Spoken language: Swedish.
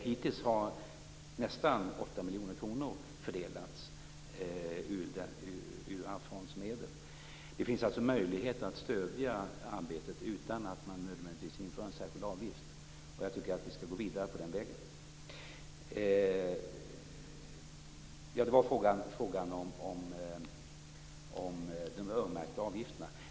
Hittills har nästan Det finns alltså möjlighet att stödja arbetet utan att man nödvändigtvis inför en särskild avgift, och jag tycker att vi skall gå vidare på den vägen. Ja, det var frågan om de öronmärkta avgifterna.